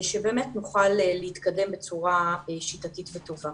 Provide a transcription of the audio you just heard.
שבאמת נוכל להתקדם בצורה שיטתית וטובה.